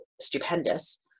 stupendous